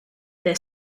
their